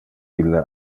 ille